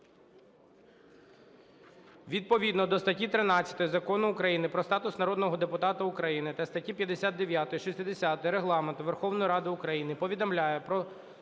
Відповідно до статті 13 Закону України "Про статус народного депутата України" та 59, 60 Регламенту Верховної Ради України повідомляю про